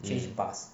mm